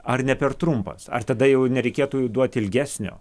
ar ne per trumpas ar tada jau nereikėtų duoti ilgesnio